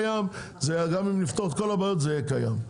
גם אם נפתור את כל הבעיות זה יהיה קיים.